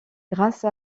grâce